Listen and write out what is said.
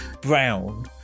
brown